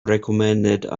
recommended